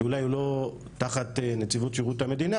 שאולי הוא לא תחת נציבות שירות המדינה